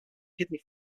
kidney